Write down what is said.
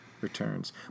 Returns